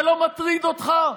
זה לא מטריד אותך?